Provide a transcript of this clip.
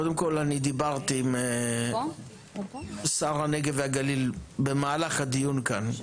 קודם כל אני דיברתי עם שר הנגב והגליל במהלך הדיון כאן,